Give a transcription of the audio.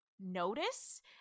notice